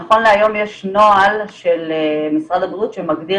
נכון להיום יש נוהל של משרד הבריאות שמגדיר